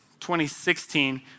2016